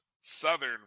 Southern